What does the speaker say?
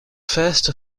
first